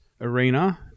arena